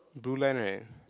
blue line right